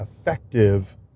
effective